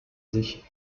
sich